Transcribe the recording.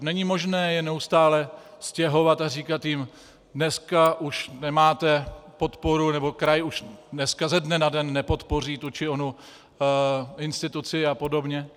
Není možné je neustále stěhovat a říkat jim: dneska už nemáte podporu, nebo kraj už dneska ze dne na den nepodpoří tu či onu instituci apod.